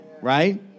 right